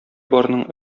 барның